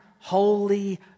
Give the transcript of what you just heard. holy